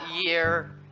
year